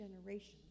generations